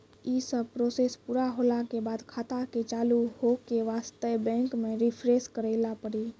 यी सब प्रोसेस पुरा होला के बाद खाता के चालू हो के वास्ते बैंक मे रिफ्रेश करैला पड़ी?